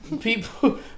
people